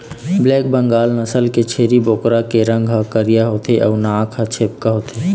black Bengal नसल के छेरी बोकरा के रंग ह करिया होथे अउ नाक ह छेपका होथे